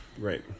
Right